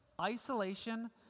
Isolation